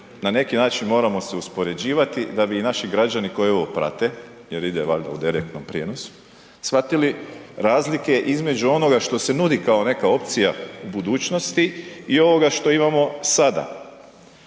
na neki način moramo se uspoređivati da bi i naši građani koji ovo prate jer vide valjda u direktno prijenosu, shvatili razlike između onoga što se nudi kao neka opcija u budućnosti i ovoga što imamo sada.